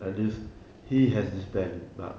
at least he has his plan but